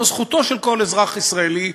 זו זכותו של כל אזרח ישראלי,